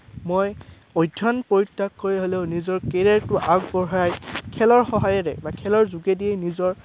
মই অধ্যয়ন পৰিত্যাগ কৰি হ'লেও নিজৰ কেৰিয়াৰটো আগবঢ়াই খেলৰ সহায়েৰে বা খেলৰ যোগেদিয়ে নিজৰ